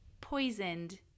poisoned